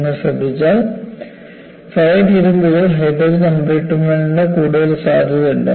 നിങ്ങൾ ശ്രദ്ധിച്ചാൽ ഫെറിറ്റിക് ഇരുമ്പുകൾ ഹൈഡ്രജൻ എംബ്രിറ്റ്മെന്റ്നു കൂടുതൽ സാധ്യതയുണ്ട്